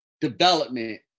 development